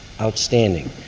outstanding